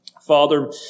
Father